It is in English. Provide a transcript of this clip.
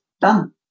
Done